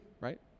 right